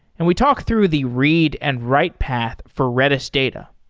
and we talked through the read and write path for redis data.